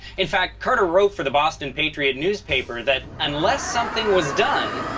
in fact, carter wrote for the boston patriot newspaper, that unless something was done.